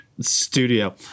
Studio